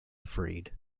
freed